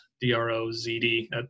D-R-O-Z-D